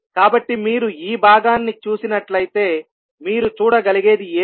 కాబట్టి మీరు ఈ భాగాన్ని చూసినట్లయితే మీరు చూడగలిగేది ఏమిటి